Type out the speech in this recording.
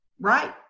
Right